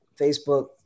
Facebook